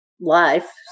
life